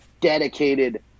dedicated